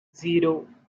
zero